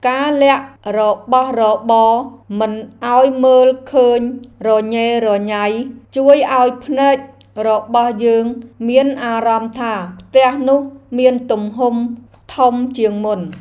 ការលាក់របស់របរមិនឱ្យមើលឃើញរញ៉េរញ៉ៃជួយឱ្យភ្នែករបស់យើងមានអារម្មណ៍ថាផ្ទះនោះមានទំហំធំជាងមុន។